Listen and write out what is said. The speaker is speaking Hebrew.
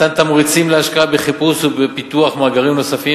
מתן תמריצים להשקעה בחיפוש ובפיתוח מאגרים נוספים